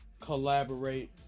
collaborate